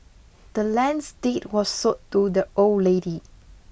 the land's deed was sold to the old lady